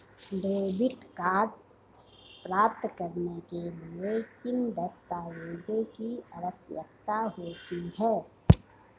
Debit card प्राप्त करने के लिए किन दस्तावेज़ों की आवश्यकता होती है?